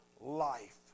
life